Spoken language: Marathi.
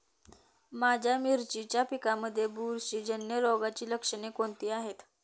माझ्या मिरचीच्या पिकांमध्ये बुरशीजन्य रोगाची लक्षणे कोणती आहेत?